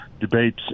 debates